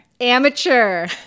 Amateur